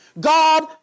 God